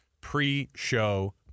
pre-show